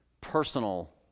personal